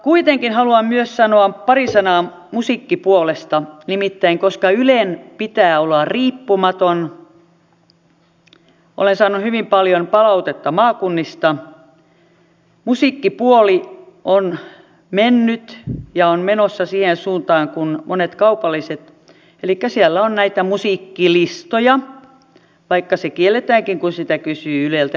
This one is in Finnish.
kuitenkin haluan myös sanoa pari sanaa musiikkipuolesta nimittäin koska ylen pitää olla riippumaton olen saanut hyvin paljon palautetta maakunnista musiikkipuoli on mennyt ja on menossa siihen suuntaan kuin monilla kaupallisilla toimijoilla elikkä siellä on näitä musiikkilistoja vaikka se kielletäänkin kun sitä kysyy yleltä itseltään